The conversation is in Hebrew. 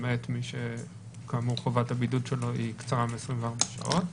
למעט מי שכאמור חובת הבידוד שלו היא קצרה מ-24 שעות.